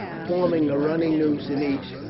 forming a running noose in each,